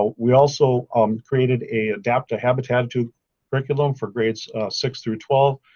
we also um created a adaptive habitattitude curriculum for grades six through twelve,